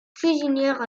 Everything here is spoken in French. cuisinière